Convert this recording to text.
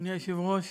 אדוני היושב-ראש,